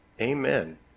Amen